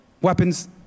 weapons